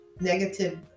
negative